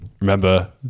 Remember